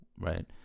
right